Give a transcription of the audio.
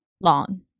long